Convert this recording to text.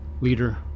leader